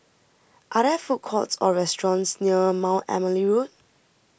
are there food courts or restaurants near Mount Emily Road